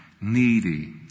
needy